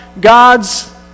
God's